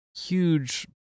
huge